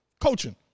Coaching